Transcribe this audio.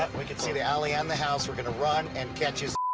we can see the alley and the house. we're going to run and catch his